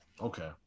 Okay